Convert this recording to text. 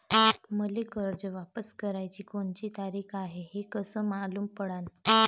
मले कर्ज वापस कराची कोनची तारीख हाय हे कस मालूम पडनं?